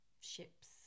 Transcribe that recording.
ships